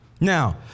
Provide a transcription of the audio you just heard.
Now